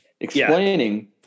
explaining